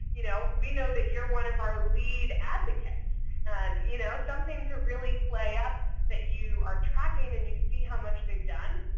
you know we know that you're one of our lead advocates you know something to really play up that you are tracking and you see how much they've done.